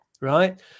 right